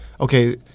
Okay